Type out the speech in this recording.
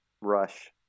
rush